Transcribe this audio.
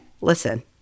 listen